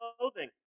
clothing